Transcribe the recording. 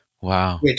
Wow